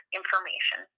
information